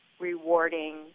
rewarding